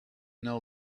know